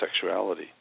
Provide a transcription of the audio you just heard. sexuality